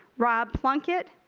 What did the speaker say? rob plunkett.